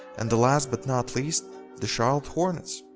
and the last but not least the charlotte hornets.